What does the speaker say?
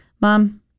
Mom